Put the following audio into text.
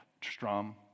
Strum